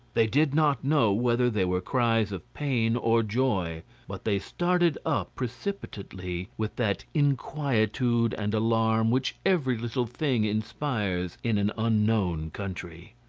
they did not know whether they were cries of pain or joy but they started up precipitately with that inquietude and alarm which every little thing inspires in an unknown country.